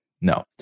No